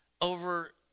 over